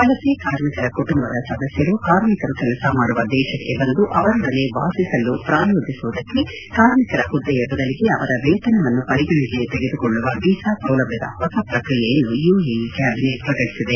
ವಲಸೆ ಕಾರ್ಮಿಕರ ಕುಟುಂಬದ ಸದಸ್ಯರು ಕಾರ್ಮಿಕರು ಕೆಲಸ ಮಾಡುವ ದೇಶಕ್ಕೆ ಬಂದು ಅವರೊಡನೆ ವಾಸಿಸಲು ಪ್ರಾಯೋಜಿಸುವುದಕ್ಕೆ ಕಾರ್ಮಿಕರ ಹುದ್ದೆಯ ಬದಲಿಗೆ ಅವರ ವೇತನವನ್ನು ಪರಿಗಣನೆಗೆ ತೆಗೆದುಕೊಳ್ಳುವ ವೀಸಾ ಸೌಲಭ್ಯದ ಹೊಸ ಪ್ರಕ್ರಿಯೆಯನ್ನು ಯುಎಇ ಕ್ಯಾಬಿನೆಟ್ ಪ್ರಕಟಿಸಿದೆ